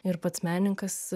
ir pats menininkas